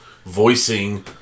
Voicing